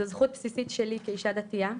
זו זכות בסיסית שלי כאישה דתיה,